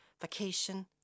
vacation